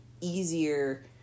easier